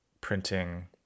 printing